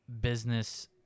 business